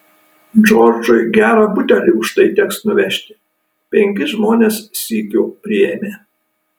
džordžui gerą butelį už tai reiks nuvežti penkis žmones sykiu priėmė